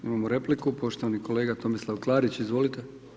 Imamo repliku poštovani kolega Tomislav Klarić, izvolite.